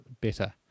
better